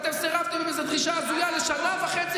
ואתם סירבתם עם איזו דרישה הזויה לשנה וחצי,